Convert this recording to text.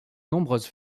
nombreuses